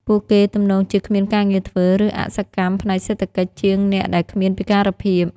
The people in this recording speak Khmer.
ពួកគេទំនងជាគ្មានការងារធ្វើ ឬអសកម្មផ្នែកសេដ្ឋកិច្ចជាងអ្នកដែលគ្មានពិការភាព។